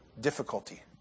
difficulty